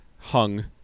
Hung